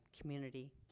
community